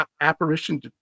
apparition